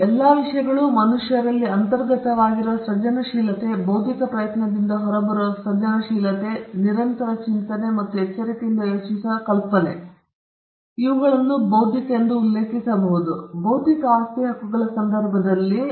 ಈಗ ಈ ಎಲ್ಲ ವಿಷಯಗಳು ಮನುಷ್ಯರಲ್ಲಿ ಅಂತರ್ಗತವಾಗಿರುವ ಸೃಜನಶೀಲತೆ ಬೌದ್ಧಿಕ ಪ್ರಯತ್ನದಿಂದ ಹೊರಬರುವ ಸೃಜನಶೀಲತೆ ಮತ್ತು ನಿರಂತರ ಚಿಂತನೆ ಅಥವಾ ಎಚ್ಚರಿಕೆಯಿಂದ ಯೋಚಿಸುವ ಕಲ್ಪನೆ ಇವುಗಳು ನಾವು ಬೌದ್ಧಿಕ ಎಂದು ಉಲ್ಲೇಖಿಸುವ ಬೌದ್ಧಿಕ ಆಸ್ತಿ ಹಕ್ಕುಗಳ ಸಂದರ್ಭದಲ್ಲಿ